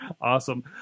Awesome